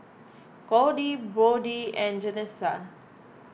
Cordie Bode and Janessa